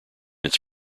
its